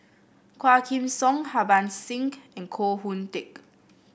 Quah Kim Song Harbans Singh and Koh Hoon Teck